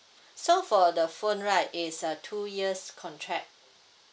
so for the phone right it's a two years contract